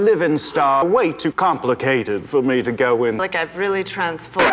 live in star way too complicated for me to go when i can really transfer